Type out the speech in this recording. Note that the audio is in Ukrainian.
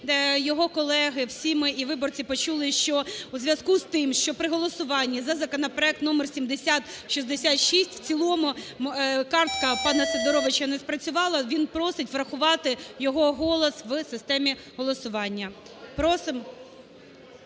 його колеги, всі ми і виборці почули, що у зв'язку з тим, що при голосуванні за законопроект № 7066 в цілому картка пана Сидоровича не спрацювала, він просить врахувати його голос в системі голосування. Просимо…